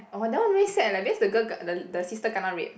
orh that one very sad leh because the girl ke~ the sister kena rape